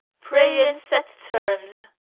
pray in set terms,